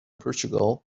portugal